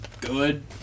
good